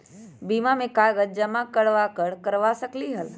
बीमा में कागज जमाकर करवा सकलीहल?